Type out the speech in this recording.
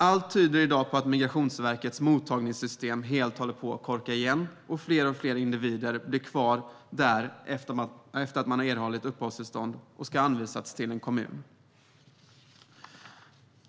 Allt tyder i dag på att Migrationsverkets mottagningssystem helt håller på att korka igen, och fler och fler individer blir kvar där efter att de erhållit uppehållstillstånd och skulle ha anvisats till en kommun.